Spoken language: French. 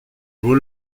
vos